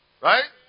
Right